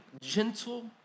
gentle